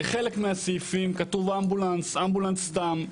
בחלק מהסעיפים כתוב אמבולנס אמבולנס סתם.